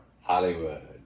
Hollywood